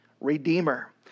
redeemer